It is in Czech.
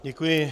Děkuji.